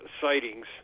sightings